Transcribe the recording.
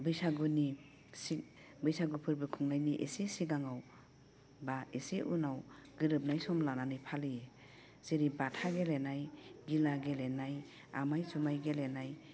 बैसागुनि बैसागु फोरबो खुंनायनि एसे सिगाङाव बा एसे उनाव गोरोबनाय सम लानानै फालियो जेरै बाथा गेलेनाय गिला गेलेनाय आमाय जुमाइ गेलनाय